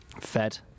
fed